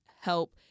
help